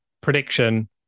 prediction